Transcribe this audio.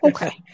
Okay